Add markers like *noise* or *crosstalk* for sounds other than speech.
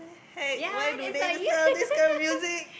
ya that's why you *laughs*